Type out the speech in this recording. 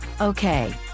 Okay